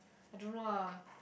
I don't know ah